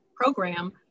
program